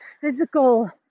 physical